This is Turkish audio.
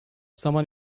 zaman